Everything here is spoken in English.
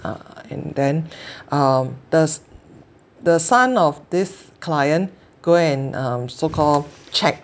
uh and then um the the son of this client go and um so call check